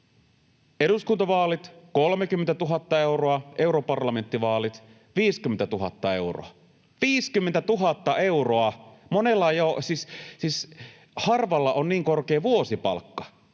eduskuntavaalit 30 000 euroa, europarlamenttivaalit 50 000 euroa — 50 000 euroa! — siis harvalla on niin korkea vuosipalkka.